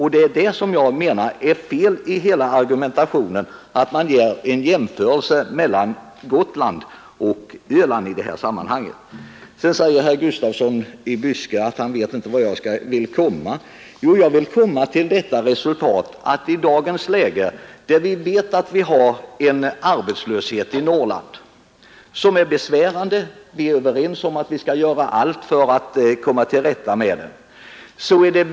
Felet i hela argumentationen är att man gör en jämförelse mellan Gotland och Öland i det här sammanhanget. Herr Gustafsson i Byske säger att han inte vet vart jag vill komma. Vad jag vill komma till är följande. Vi vet att vi i dagens läge har en arbetslöshet i Norrland som är besvärande, och vi är överens om att vi skall göra allt för att komma till rätta med den.